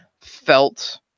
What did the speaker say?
felt